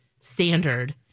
standard